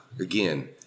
Again